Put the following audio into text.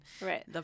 Right